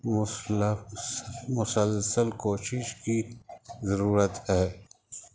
مس مسلسل کوشش کی ضرورت ہے